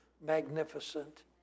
magnificent